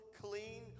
clean